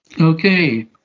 Okay